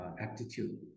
aptitude